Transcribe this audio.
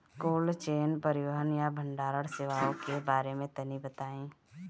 Cold chain परिवहन या भंडारण सेवाओं के बारे में तनी बताई?